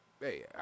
Hey